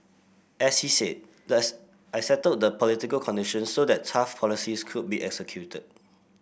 as he said thus I settled the political conditions so that tough policies could be executed